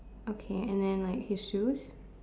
okay and then like his shoes